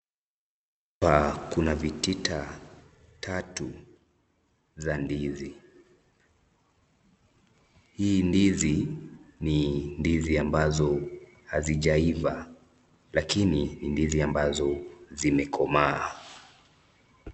Hapa kuna vitita tatu za ndizi, hii ndizi ni ndizi ambazo hazijaiva lakini ni ndizi ambazo zimekomaa.